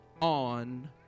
on